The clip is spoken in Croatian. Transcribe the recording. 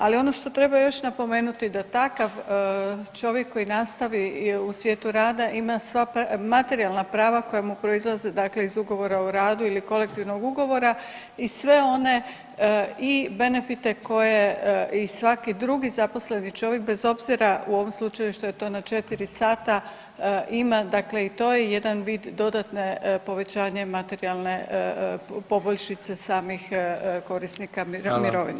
Ali ono što treba još napomenuti, da takav čovjek koji nastavu u svijetu rada, ima sva materijalna prava koja mu proizlaze, dakle iz ugovora o radu ili kolektivnog ugovora i sve one i benefite koje i svaki drugi zaposleni čovjek, bez obzira, u ovom slučaju što je to na 4 sata, ima, dakle i to je jedan vid dodatne povećanje materijalne poboljšice samih korisnika mirovina.